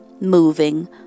moving